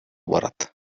барат